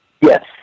Yes